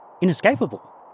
inescapable